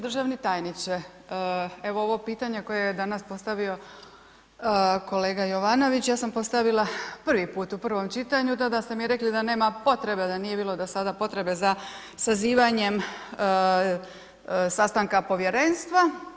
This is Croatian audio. Državni tajniče, evo ovo pitanje koje je danas postavio kolega Jovanović, ja sam postavila prvi put u prvom čitanju, tada ste mi rekli da nema potrebe, da nije bilo do sada potrebe za sazivanjem sastanka povjerenstva.